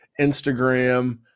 Instagram